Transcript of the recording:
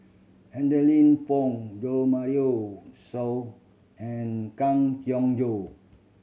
Adeline Foo Jo Marion So and Kang Siong Joo